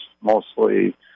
mostly